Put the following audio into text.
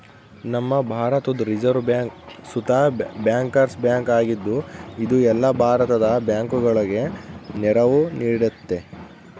ನಮ್ಮ ಭಾರತುದ್ reserve bank ಸುತ ಬ್ಯಾಂಕರ್ಸ್ ಬ್ಯಾಂಕ್ ಆಗಿದ್ದು, ಇದು ಎಲ್ಲ ಭಾರತದ ಬ್ಯಾಂಕುಗುಳಗೆ ನೆರವು ನೀಡ್ತತೆ